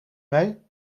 mee